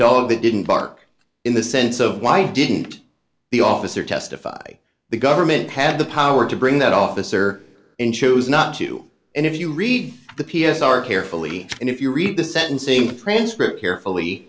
dog that didn't bark in the sense of why didn't the officer testify the government had the power to bring that officer in chose not to and if you read the p s r carefully and if you read the sentencing transcript carefully